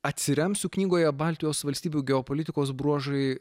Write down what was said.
atsiremsiu knygoje baltijos valstybių geopolitikos bruožai